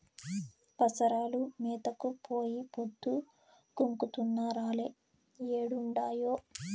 పసరాలు మేతకు పోయి పొద్దు గుంకుతున్నా రాలే ఏడుండాయో